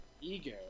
ego